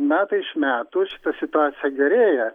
metai iš metų šita situacija gerėja